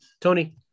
Tony